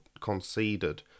conceded